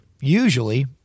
Usually